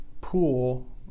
pool